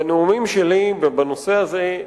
בנאומים שלי ובנושא הזה,